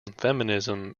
feminism